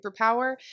superpower